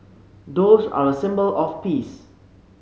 doves are a symbol of peace